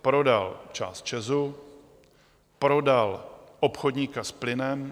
Prodal část ČEZu, prodal obchodníka s plynem.